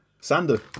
Sander